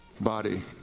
body